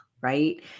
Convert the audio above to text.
right